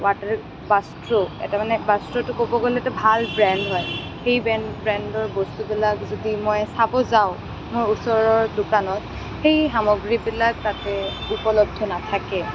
বাষ্ট্ৰো এটা মানে বাষ্ট্ৰোটো ক'ব গ'লেতো এটা ভাল ব্ৰেণ্ড হয় সেই ব্ৰেণ্ড ব্ৰেণ্ডৰ বস্তুবিলাক যদি মই চাব যাওঁ মোৰ ওচৰৰ দোকানত সেই সামগ্ৰীবিলাক তাতে উপলব্ধ নাথাকে